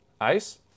ice